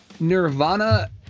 Nirvana